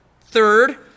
Third